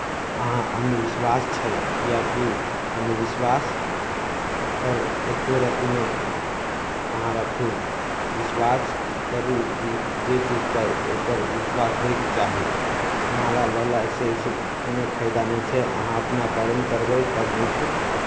अहाँ अन्धविश्वास छै किएकि अन्धविश्वासपर एक्को रत्ती नहि अहाँ राखू विश्वास करू जे जे चीजपर ओकर विश्वास होयके चाही माला लऽ लयसँ से कोनो फायदा नहि छै अहाँ अपना कर्म करबै तब होत